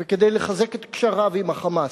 וכדי לחזק את קשריו עם ה"חמאס",